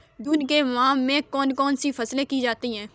जून के माह में कौन कौन सी फसलें की जाती हैं?